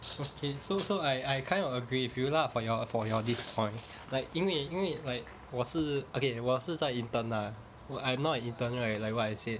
okay so so I I kind of agree with you lah for your for your this point like 因为因为 like 我是 okay 我是在 intern ah I'm now an intern right like what I said